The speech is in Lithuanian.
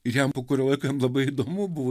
ir jam po kurio laiko jam labai įdomu buvo